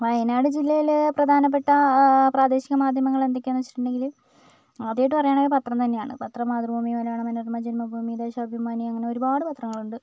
വയനാട് ജില്ലയിൽ പ്രധാനപ്പെട്ട പ്രാദേശിക മാധ്യമങ്ങൾ എന്തക്കെയാന്ന് വെച്ചിട്ടുണ്ടെങ്കിൽ ആദ്യമായിട്ട് പറയാണെങ്കിൽ പത്രം തന്നെയാണ് പത്രം മാതൃഭൂമി മലയാള മനോരമ ജന്മഭൂമി ദേശാഭിമാനി അങ്ങനെ ഒരുപാട് പത്രങ്ങളുണ്ട്